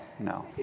No